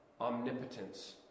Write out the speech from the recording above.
omnipotence